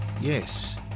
Yes